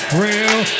real